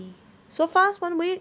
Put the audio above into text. so fast one week